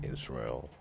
Israel